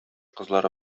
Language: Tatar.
кызлары